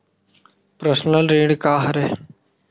Personal ऋण का हरय?